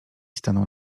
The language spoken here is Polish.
stanął